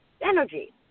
Energy